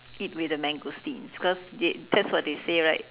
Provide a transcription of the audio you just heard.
eat with the mangosteens because they that's what they say right